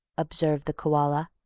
observed the koala,